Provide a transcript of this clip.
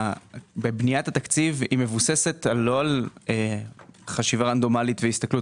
בניית התקציב מבוססת לא על חשיבה רנדומלית והסתכלות